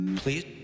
please